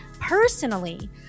personally